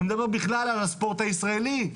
אני מדבר בכלל על הספורט הישראלי,